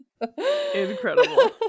incredible